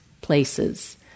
places